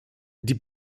die